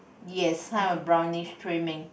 yes kind of brownish trimming